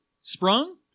Sprung